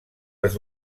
les